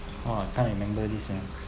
!wah! can't remember this ah